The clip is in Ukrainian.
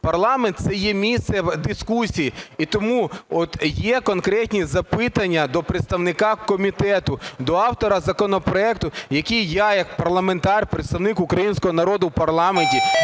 парламент – це є місце дискусій. І тому от є конкретні запитання до представника комітету, до автора законопроекту, який я як парламентар, представник українського народу в парламенті